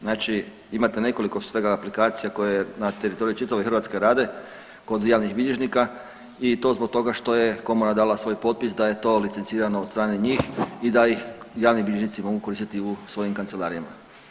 Znači imate nekoliko svega aplikacija koje na teritoriju čitave Hrvatske rade kod javnih bilježnika i to zbog toga što je komora dala svoj potpis da je to licencirano od strane njih i da ih javni bilježnici mogu koristiti u svojim kancelarijama.